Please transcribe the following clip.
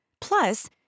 Plus